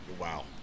Wow